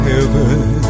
Heaven